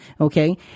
Okay